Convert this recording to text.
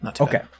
Okay